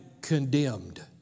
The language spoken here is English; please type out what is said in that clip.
condemned